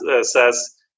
says